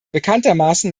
bekanntermaßen